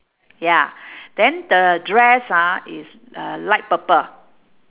ya then the dress ah is uh light purple